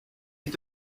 est